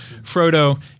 Frodo